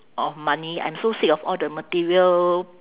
of money I'm so sick of all the material